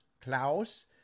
klaus